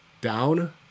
down